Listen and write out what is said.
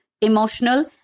emotional